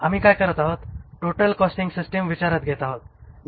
आम्ही काय करत आहोत टोटल कॉस्टिंग सिस्टिम विचारात घेत आहोत